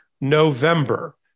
November